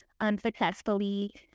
unsuccessfully